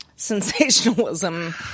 Sensationalism